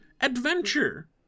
adventure